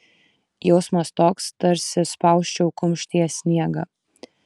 jausmas toks tarsi spausčiau kumštyje sniegą